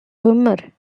hummer